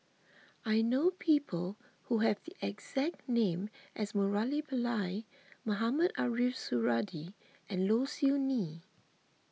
I know people who have the exact name as Murali Pillai Mohamed Ariff Suradi and Low Siew Nghee